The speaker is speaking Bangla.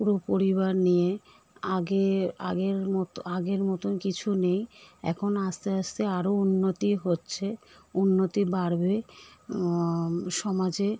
পুরো পরিবার নিয়ে আগে আগের মতো আগের মতোন কিছু নেই এখন আস্তে আস্তে আরো উন্নতি হচ্ছে উন্নতি বাড়বে সমাজে